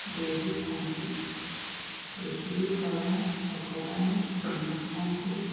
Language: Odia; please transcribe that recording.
ଦେଉଥାନ୍ତି ଏହି କଳା ଭଗବାନ ସମସ୍ତଙ୍କୁ